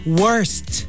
worst